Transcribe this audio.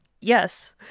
Yes